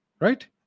Right